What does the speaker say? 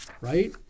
right